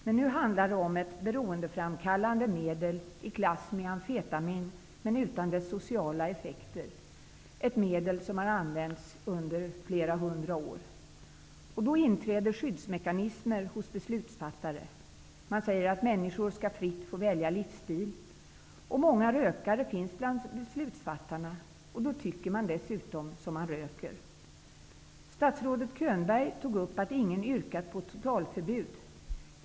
Men nu handlar det om ett beroendeframkallande medel i klass med amfetamin men utan dess sociala effekter. Det är ett medel som har använts under flera hundra år. Då inträder skyddsmekanismer hos beslutsfattare: De säger att människor fritt skall få välja livsstil. Många rökare finns bland beslutsfattarna, och då tycker man dessutom så som man röker. Statsrådet Könberg anmärkte på att ingen hade yrkat på totalförbud.